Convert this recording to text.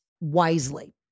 wisely